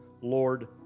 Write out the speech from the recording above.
Lord